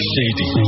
Shady